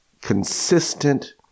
consistent